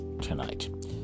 tonight